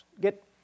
get